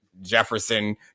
Jefferson